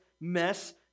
mess